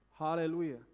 Hallelujah